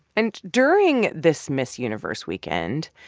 and during this miss universe weekend,